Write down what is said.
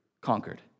conquered